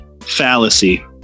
Fallacy